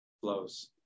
flows